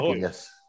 yes